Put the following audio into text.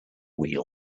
wheel